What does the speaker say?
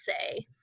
say